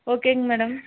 ஓகேங்க மேடம்